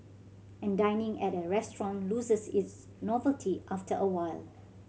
and dining at a restaurant loses its novelty after a while